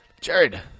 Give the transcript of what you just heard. Jared